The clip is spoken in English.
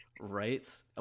Right